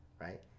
right